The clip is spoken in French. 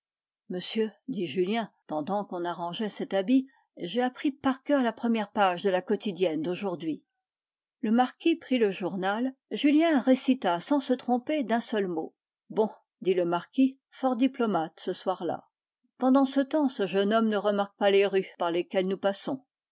monsieur dit julien pendant qu'on arrangeait cet habit j'ai appris par coeur la première page de la quotidienne d'aujourd'hui le marquis prit le journal julien récita sans se tromper d'un seul mot bon dit le marquis fort diplomate ce soir-là pendant ce temps ce jeune homme ne remarque pas les rues par lesquelles nous passons